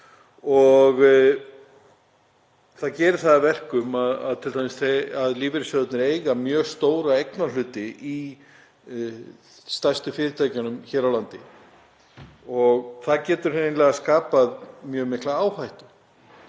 og það gerir það að verkum að t.d. lífeyrissjóðirnir eiga mjög stóra eignarhluti í stærstu fyrirtækjunum hér á landi og það getur hreinlega skapað mjög mikla áhættu.